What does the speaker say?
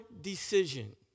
decision